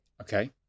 okay